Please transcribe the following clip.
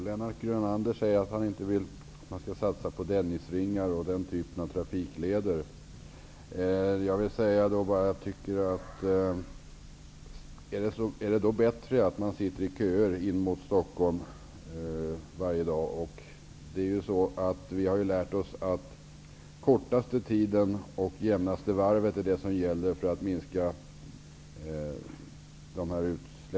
Herr talman! Lennart Brunander vill inte satsa på Dennisringleder och den typen av trafikleder. Jag undrar då om det är bättre för människor som är på väg in mot Stockholm att de varje dag skall behöva sitta i bilköer. Vi har ju lärt oss att det är den kortaste tiden och det jämnaste varvet som gäller för att utsläppen skall minska.